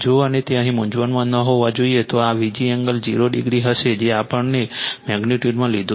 જો અને તે અહીં મૂંઝવણમાં ન હોવા જોઈએ તો આ Vg એંગલ 0 ડિગ્રી હશે જે આપણે મેગ્નિટ્યુડમાં લીધું છે